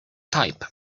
type